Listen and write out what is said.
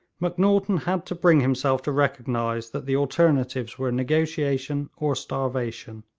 macnaghten had to bring himself to recognise that the alternatives were negotiation or starvation,